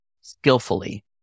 skillfully